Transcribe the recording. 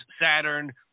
Saturn